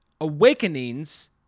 Awakenings